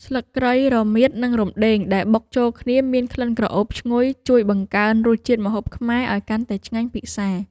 ស្លឹកគ្រៃ រមៀត និងរំដេងដែលបុកចូលគ្នាមានក្លិនក្រអូបឈ្ងុយជួយបង្កើនរសជាតិម្ហូបខ្មែរឱ្យកាន់តែឆ្ងាញ់ពិសា។